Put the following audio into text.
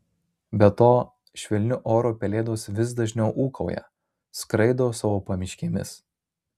be to švelniu oru pelėdos vis dažniau ūkauja skraido savo pamiškėmis